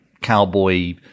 cowboy